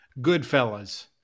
Goodfellas